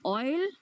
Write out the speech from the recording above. oil